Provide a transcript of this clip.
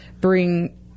bring